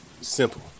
Simple